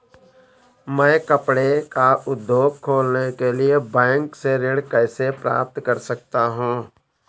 मैं कपड़े का उद्योग खोलने के लिए बैंक से ऋण कैसे प्राप्त कर सकता हूँ?